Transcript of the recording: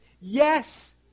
yes